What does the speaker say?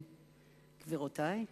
גבירותי,